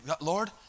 Lord